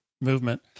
movement